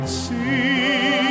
see